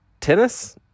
tennis